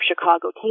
Chicago